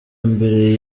mbere